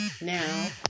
now